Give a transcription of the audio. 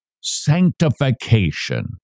sanctification